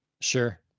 Sure